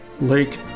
Lake